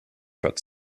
but